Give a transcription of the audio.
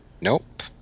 Nope